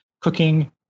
cooking